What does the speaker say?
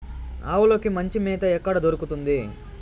ఆవులకి మంచి మేత ఎక్కడ దొరుకుతుంది?